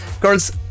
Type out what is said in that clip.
Girls